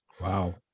wow